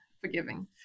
forgiving